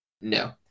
No